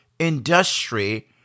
industry